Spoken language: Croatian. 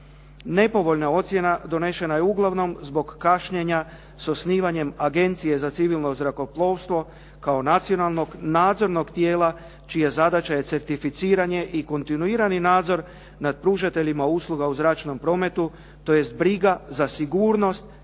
Nepovoljna ocjena donesena je uglavnom zbog kašnjenja s osnivanjem agencije za civilno zrakoplovstvo kao nacionalnog nadzornog tijela čija zadaća je certificiranje i kontinuirani nadzor nad pružateljima usluga u zračnom prometu, tj. briga za sigurnost